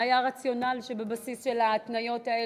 מה היה הרציונל שבבסיס ההתניות האלה?